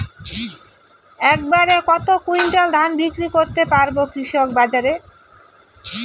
এক বাড়ে কত কুইন্টাল ধান বিক্রি করতে পারবো কৃষক বাজারে?